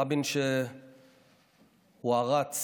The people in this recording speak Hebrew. רבין שהוערץ